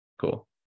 Cool